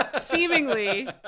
seemingly